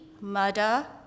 murder